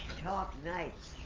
talk nice.